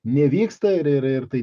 nevyksta ir ir tai